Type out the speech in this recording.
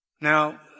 Now